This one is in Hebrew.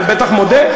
אתה בטח מודה.